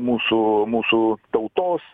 mūsų mūsų tautos